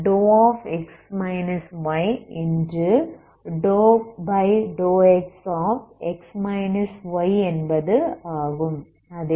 ∂∂xஎன்பது ஆகும்